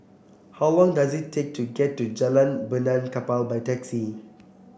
how long does it take to get to Jalan Benaan Kapal by taxi